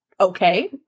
okay